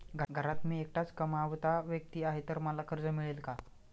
घरात मी एकटाच कमावता व्यक्ती आहे तर मला कर्ज मिळेल का?